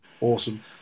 Awesome